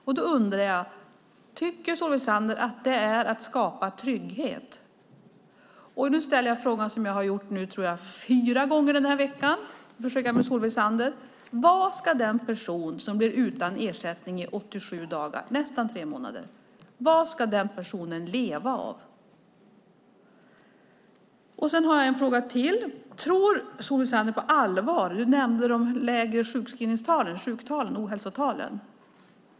Tycker Solveig Zander att det är att skapa trygghet? Nu ställer jag en fråga som jag ställt minst fyra gånger denna vecka och ser om Solveig Zander kan svara på den. Vad ska den person som blir utan ersättning i 87 dagar, nästan tre månader, leva av? Solveig Zander nämnde de lägre ohälsotalen.